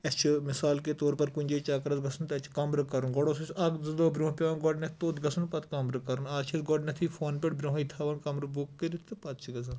اَسہِ چھُ مِثال کے طور پر کُنہِ جاے چَکرَس گژھُن تَتہِ چھُ کَمرٕ کَرُن گۄڈٕ اوس اَسہِ اَکھ زٕ دۄہ بروںٛہہ پٮ۪وان گۄڈنٮ۪تھ توٚت گژھُن پَتہٕ کَمرٕ کَرُن آز چھِ أسۍ گۄڈنٮ۪تھٕے فون پٮ۪ٹھ برونٛہٕے تھاوَان کَمرٕ بُک کٔرِتھ تہٕ پَتہٕ چھِ گژھان